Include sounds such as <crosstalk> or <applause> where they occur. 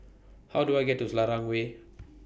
How Do I get to Selarang Way <noise>